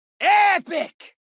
EPIC